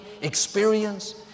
experience